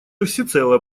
всецело